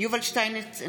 יובל שטייניץ,